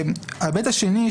ההיבט השני,